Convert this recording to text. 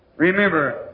Remember